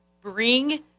bring